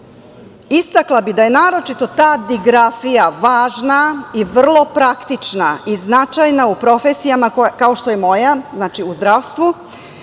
čuvati. Istakla bih da je naročito ta digrafija važna i vrlo praktična i značajna u profesijama kao što je moja, znači u zdravstvu,